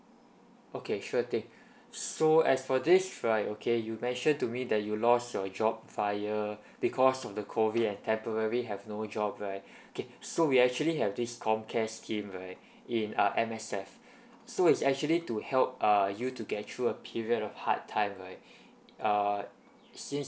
okay sure thing so as for this right okay you mentioned to me that you lost your job fired because of the COVID and temporarily have no job right okay so we actually have this comcare scheme right in uh M_S_F so it's actually to help err you to get through a period of hard time right err since